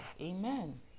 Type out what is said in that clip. amen